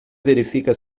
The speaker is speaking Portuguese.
verifica